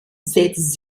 setzt